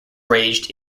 raged